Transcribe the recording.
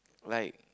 like